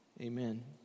amen